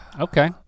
Okay